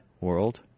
world